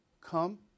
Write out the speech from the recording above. come